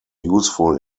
useful